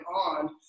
on